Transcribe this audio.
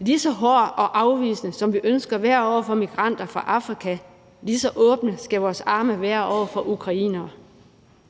Lige så hårde og afvisende som vi ønsker at være over for migranter fra Afrika, lige så åbne skal vores arme være over for ukrainere.